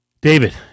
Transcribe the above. David